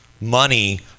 money